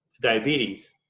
diabetes